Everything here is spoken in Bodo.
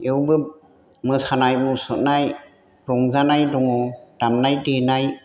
बेयावबो मोसानाय मुसुरनाय रंजानाय दङ दाममनाय देनाय